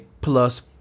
plus